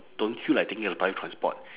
don't feel like taking a public transport